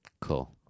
Cool